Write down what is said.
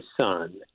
son